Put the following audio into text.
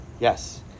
Yes